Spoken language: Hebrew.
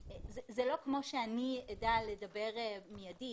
זה לא כמו שאני אדע לדבר מידית,